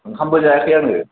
ओंखामबो जायाखै आङो